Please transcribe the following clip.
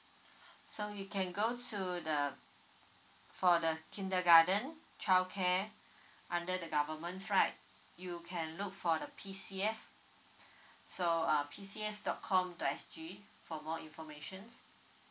so you can go to the for the kindergarten childcare under the government right you can look for the P_C_F so uh P_C_F dot com dot S_G for more information